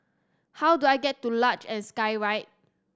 how do I get to Luge and Skyride